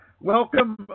Welcome